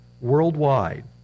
worldwide